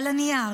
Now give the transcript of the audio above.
זה על הנייר,